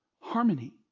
Harmony